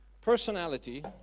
personality